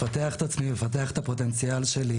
לפתח את עצמי ולפתח את הפוטנציאל שלי,